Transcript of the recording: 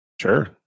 Sure